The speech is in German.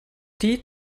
die